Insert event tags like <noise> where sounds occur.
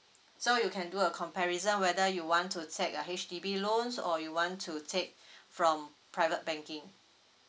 so you can do a comparison whether you want to take a H_D_B loans or you want to take <breath> from private banking